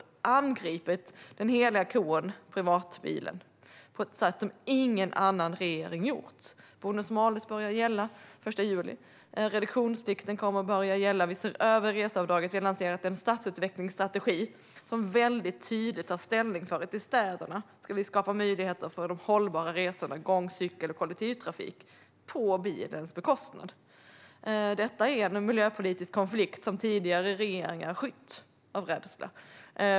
Vi har angripit den heliga kon - privatbilen - på ett sätt som ingen annan regering har gjort. Bonus-malus börjar gälla den 1 juli, reduktionsplikten kommer att börja gälla och vi ser över reseavdraget. Vi har också lanserat en stadsutvecklingsstrategi som tydligt tar ställning för att det i städerna ska skapas möjligheter för de hållbara resorna - gång, cykel och kollektivtrafik - på bilens bekostnad. Det är en miljöpolitisk konflikt som tidigare regeringar har skytt, av rädsla.